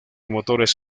motores